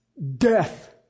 Death